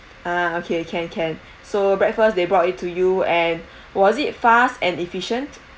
ah okay can can so breakfast they brought it to you and was it fast and efficient